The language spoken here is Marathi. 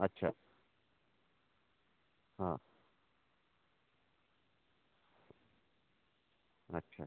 अच्छा हा अच्छा